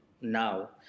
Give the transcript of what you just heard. now